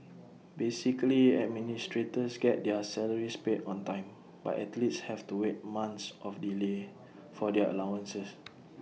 basically administrators get their salaries paid on time but athletes have to wait months of delay for their allowances